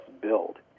build